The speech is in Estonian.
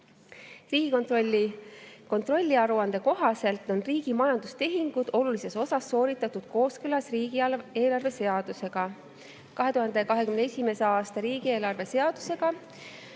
kontrolliaruande kohaselt on riigi majandustehingud olulises osas sooritatud kooskõlas riigieelarve seadusega, 2021. aasta riigieelarve seadusega,